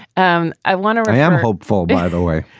um i want to. i am hopeful, by the way.